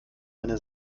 eine